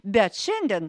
bet šiandien